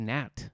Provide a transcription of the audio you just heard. Nat